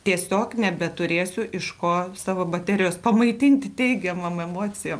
tiesiog nebeturėsiu iš ko savo baterijos pamaitinti teigiamom emocijom